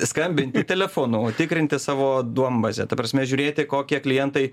skambinti telefonu tikrinti savo duombazę ta prasme žiūrėti kokie klientai